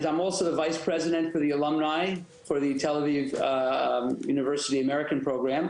(אומר דברים בשפה האנגלית, להלן תרגומם):